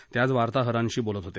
ते आज वार्ताहरांशी बोलत होते